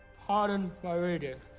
pardon my reading